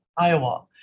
iowa